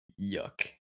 Yuck